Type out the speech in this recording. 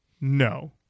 no